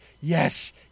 Yes